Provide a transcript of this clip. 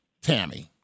Tammy